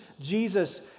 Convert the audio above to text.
Jesus